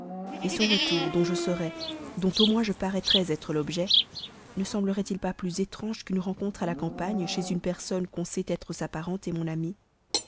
paris son retour dont je serais dont au moins je paraîtrais être l'objet ne semblerait il pas plus étrange qu'une rencontre à la campagne chez quelqu'un qu'on sait être sa parente mon amie